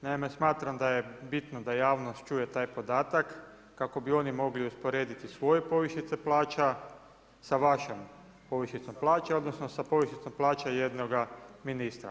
Naime, smatram da je bitno da javnost čuje taj podatak, kako bi oni mogli usporediti svoje povišice plaća sa vašom povišicom plaća odnosno sa povišicom plaće jednoga ministra.